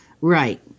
Right